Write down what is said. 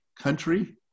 Country